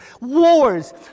wars